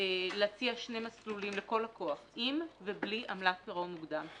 להציע שני מסלולים לכל לקוח: עם ובלי עמלת פירעון מוקדם,